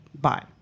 bye